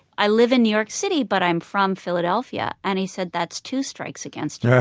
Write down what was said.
i live in new york city, but i'm from philadelphia. and he said, that's two strikes against yeah